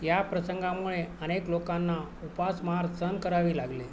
या प्रसंगामुळे अनेक लोकांना उपासमार सहन करावी लागली